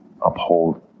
uphold